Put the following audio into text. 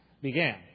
began